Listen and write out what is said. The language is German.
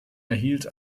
erhielt